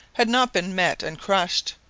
had not been met and crushed.